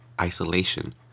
isolation